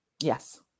Yes